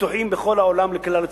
שפתוחים בכל העולם לכלל הציבור?